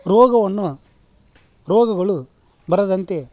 ರೋಗವನ್ನು ರೋಗಗಳು ಬರದಂತೆ